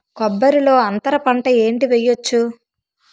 కొబ్బరి లో అంతరపంట ఏంటి వెయ్యొచ్చు?